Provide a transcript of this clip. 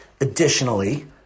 Additionally